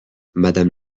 madame